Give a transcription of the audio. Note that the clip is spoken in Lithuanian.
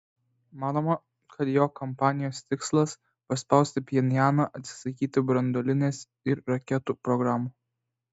manoma kad jo kampanijos tikslas paspausti pchenjaną atsisakyti branduolinės ir raketų programų